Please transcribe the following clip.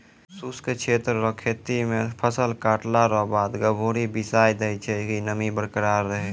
शुष्क क्षेत्र रो खेती मे फसल काटला रो बाद गभोरी बिसाय दैय छै कि नमी बरकरार रहै